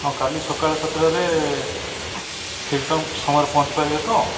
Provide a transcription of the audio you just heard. ହଁ କାଲି ସକାଳ ସାତଟାରେ ଠିକଠାକ ସମୟରେ ପହଞ୍ଚିପାରିବେ ତ